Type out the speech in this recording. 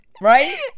Right